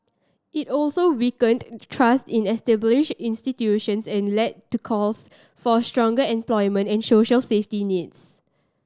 it also weakened trust in established institutions and led to calls for stronger employment and social safety nets